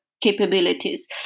capabilities